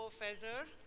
feser,